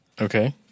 Okay